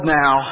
now